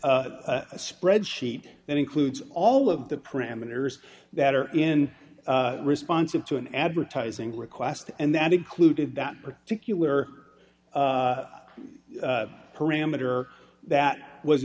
a spreadsheet that includes all of the parameters that are in responsive to an advertising request and that included that particular parameter that was